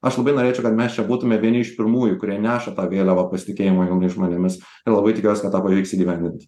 aš labai norėčiau kad mes čia būtume vieni iš pirmųjų kurie neša tą vėliavą pasitikėjimo jaunais žmonėmis ir labai tikiuos pavyks įgyvendint